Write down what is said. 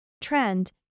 trend